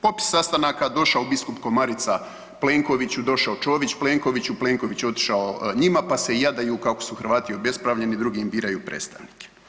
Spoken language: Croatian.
Popis sastanaka, došao biskup Komarica Plenkoviću, došao Čović Plenkoviću, Plenković je otišao njima, pa se jadaju kako su Hrvati obespravljeni, drugi im biraju predstavnike.